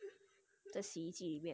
我洗衣机里面